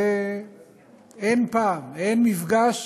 אין פעם, אין מפגש